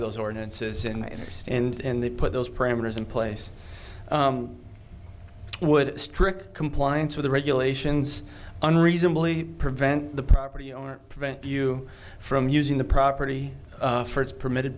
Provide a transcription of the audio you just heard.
of those ordinances and there's and they put those parameters in place with strict compliance with the regulations unreasonably prevent the property owner prevent you from using the property for its permitted